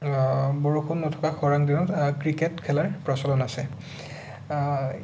বৰষুণ নথকা খৰাং দিনত ক্ৰিকেট খেলাৰ প্ৰচলন আছে